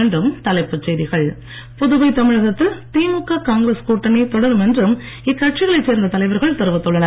மீண்டும் தலைப்புச் செய்திகள் புதுவை தமிழகத்தில் திமுக காங்கிரஸ் கூட்டணி தொடரும் என்று இக்கட்சிகளைச் சேர்ந்த தலைவர்கள் தெரிவித்துள்ளனர்